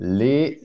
les